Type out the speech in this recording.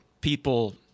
people